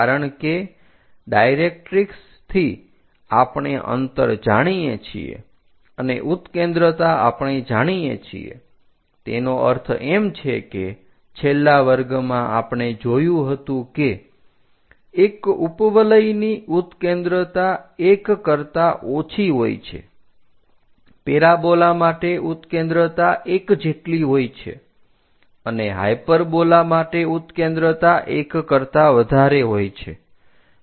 કારણ કે ડાયરેક્ટ્રિક્ષ થી આપણે અંતર જાણીએ છીએ અને ઉત્કેન્દ્રતા આપણે જાણીએ છીએ તેનો અર્થ એમ છે કે છેલ્લા વર્ગમાં આપણે જોયું હતું કે એક ઉપવલયની ઉત્કેન્દ્રતા 1 કરતાં ઓછી હોય છે પેરાબોલા માટે ઉત્કેન્દ્રતા 1 જેટલી હોય છે અને હાયપરબોલા માટે ઉત્કેન્દ્રતા 1 કરતાં વધારે હોય છે